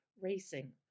racing